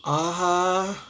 ah